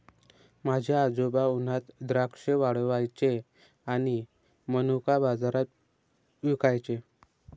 माझे आजोबा उन्हात द्राक्षे वाळवायचे आणि मनुका बाजारात विकायचे